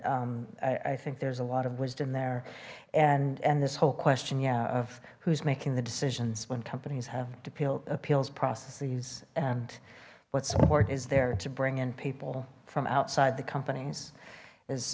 said i think there's a lot of wisdom there and and this whole question yeah of who's making the decisions when companies have to peel appeals processes and what support is there to bring in people from outside the companies is